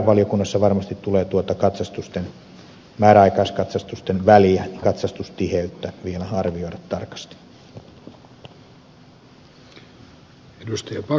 valiokunnassa varmasti tulee tuota määräaikaiskatsastusten väliä katsastustiheyttä vielä arvioida tarkasti